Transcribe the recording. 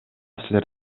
силер